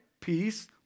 peace